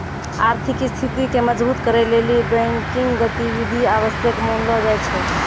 आर्थिक स्थिति के मजबुत करै लेली बैंकिंग गतिविधि आवश्यक मानलो जाय छै